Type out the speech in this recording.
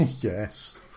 Yes